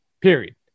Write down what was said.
Period